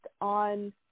on